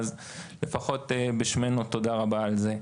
אז לפחות בשמנו תודה רבה על זה.